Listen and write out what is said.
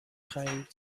خرید